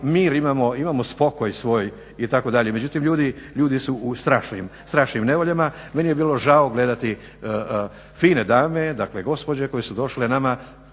imamo, imamo spokoj svoj itd. Međutim ljudi su u strašnim nevoljama. Meni je bilo žao gledati fine dame, dakle gospođe koje su došle nama